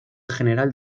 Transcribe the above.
general